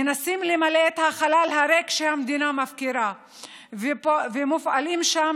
מנסים למלא את החלל הריק שהמדינה מפקירה ומופעלים שם